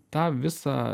tą visą